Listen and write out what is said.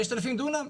5,000 דונם.